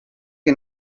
que